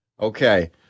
Okay